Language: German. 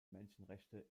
menschenrechte